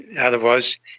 otherwise